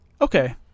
Okay